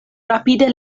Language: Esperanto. rapide